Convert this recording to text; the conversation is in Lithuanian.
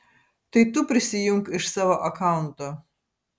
tai tu prisijunk iš savo akaunto